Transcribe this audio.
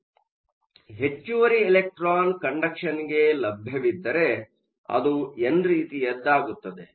ಆದ್ದರಿಂದ ಹೆಚ್ಚುವರಿ ಎಲೆಕ್ಟ್ರಾನ್ ಕಂಡಕ್ಷನ್ಗೆ ಲಭ್ಯವಿದ್ದರೆ ಅದು ಎನ್ ರೀತಿಯದ್ದಾಗುತ್ತದೆ